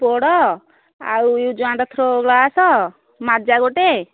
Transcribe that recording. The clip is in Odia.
ପୋଡ଼ ଆଉ ୟୁଜ୍ ଆଣ୍ଡ୍ ଥ୍ରୋ ଗ୍ଲାସ୍ ଆଉ ମାଜା ଗୋଟେ